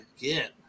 again